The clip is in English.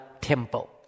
temple